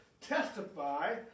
testify